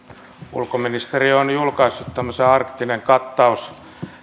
ulkoministeriö on julkaissut tämmöisen arktinen kattaus